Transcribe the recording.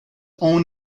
owned